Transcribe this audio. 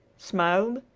smiled,